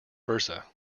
versa